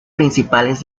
principales